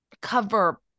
cover